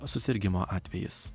susirgimo atvejis